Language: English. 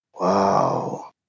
Wow